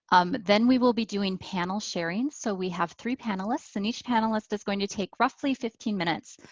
um then we will be doing panel sharing. so we have three panelist and each panelist is going to take roughly fifteen minutes.